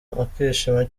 akishima